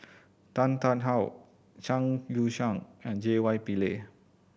Tan Tarn How Zhang Youshuo and J Y Pillay